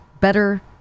Better